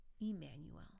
Emmanuel